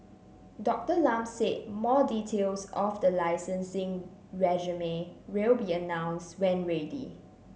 Doctor Lam said more details of the licensing regime will be announced when ready